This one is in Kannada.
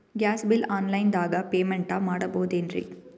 ಗ್ಯಾಸ್ ಬಿಲ್ ಆನ್ ಲೈನ್ ದಾಗ ಪೇಮೆಂಟ ಮಾಡಬೋದೇನ್ರಿ?